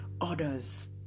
others